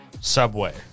Subway